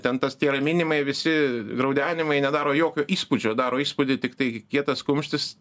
ten tas tie raminimai visi graudenimai nedaro jokio įspūdžio daro įspūdį tik tai kietas kumštis